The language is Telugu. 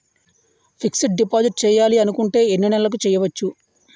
ఫిక్సడ్ డిపాజిట్ చేయాలి అనుకుంటే ఎన్నే నెలలకు చేయొచ్చు?